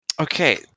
Okay